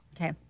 Okay